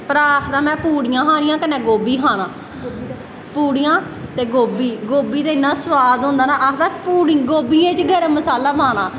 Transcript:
भ्राह् आखदे पूड़ियां खानियां कन्नै गोभी